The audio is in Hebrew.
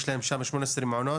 יש להם שמה 18 מעונות